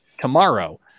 tomorrow